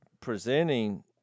presenting